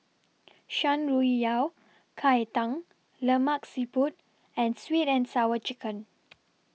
Shan Rui Yao Cai Tang Lemak Siput and Sweet and Sour Chicken